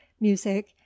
music